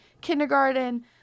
kindergarten